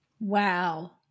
Wow